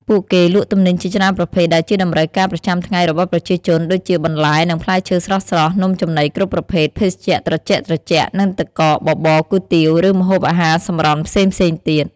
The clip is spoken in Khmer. ពួកគេលក់ទំនិញជាច្រើនប្រភេទដែលជាតម្រូវការប្រចាំថ្ងៃរបស់ប្រជាជន ដូចជា បន្លែ និងផ្លែឈើស្រស់ៗ នំចំណីគ្រប់ប្រភេទ ភេសជ្ជៈត្រជាក់ៗ និងទឹកកក បបរ គុយទាវ ឬម្ហូបអាហារសម្រន់ផ្សេងៗទៀត